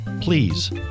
Please